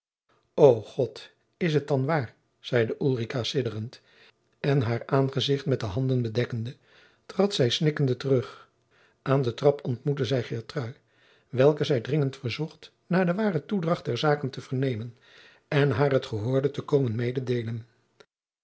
het is dan waar zeide ulrica sidderend en haar aangezicht met de handen bedekkende trad zij snikkend terug aan de trap ontmoette zij geertrui welke zij dringend verzocht naar de ware toedracht der zaken te vernemen en haar het gehoorde te komen mededeelen